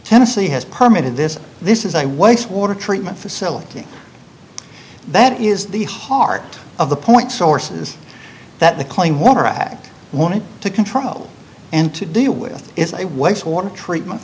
tennessee has permitted this this is a waste water treatment facility that is the heart of the point sources that the clean water act wanted to control and to deal with is a waste water treatment